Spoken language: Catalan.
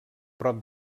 prop